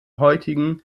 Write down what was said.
heutigen